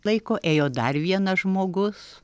laiko ėjo dar vienas žmogus